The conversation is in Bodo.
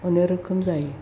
अनेख रोखोम जायो